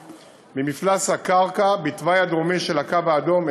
במפלס הקרקע בתוואי הדרומי של הקו האדום,